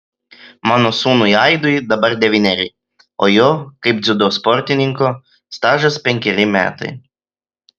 mano sūnui aidui dabar devyneri o jo kaip dziudo sportininko stažas penkeri metai